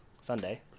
Sunday